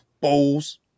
balls